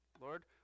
Lord